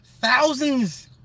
thousands